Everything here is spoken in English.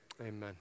Amen